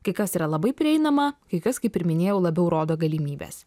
kai kas yra labai prieinama kai kas kaip ir minėjau labiau rodo galimybes